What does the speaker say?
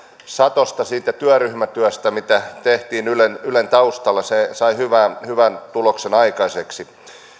satosta siitä työryhmätyöstä mitä tehtiin ylen ylen taustalla se sai hyvän tuloksen aikaiseksi